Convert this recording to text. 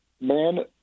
man